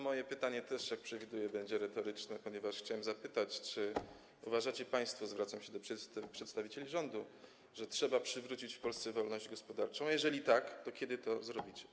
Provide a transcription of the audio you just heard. Moje pytanie też - jak przewiduję - będzie retoryczne, ponieważ chciałbym zapytać, czy uważacie państwo, zwracam się do przedstawicieli rządu, że trzeba przywrócić w Polsce wolność gospodarczą, a jeżeli tak, to kiedy to zrobicie.